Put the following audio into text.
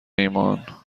ایمان